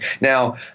Now